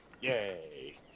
Yay